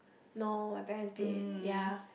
no my parents paid ya